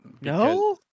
no